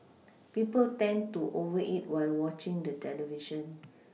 people tend to over eat while watching the television